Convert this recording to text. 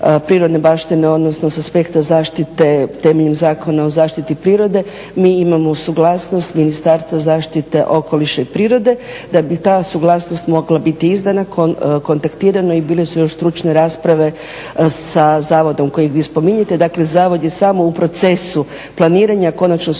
prirodne baštine odnosno s aspekta zaštite temeljem Zakona o zaštiti prirode mi imamo suglasnost Ministarstva zaštite okoliša i prirode. Da bi ta suglasnost mogla biti izdana kontaktirano je i bile su još stručne rasprave sa zavodom kojeg vi spominjete. Dakle zavod je samo u procesu planiranja, a konačnu suglasnost